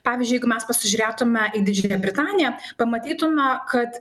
pavyzdžiui jeigu mes pasižiūrėtume į didžiąją britaniją pamatytume kad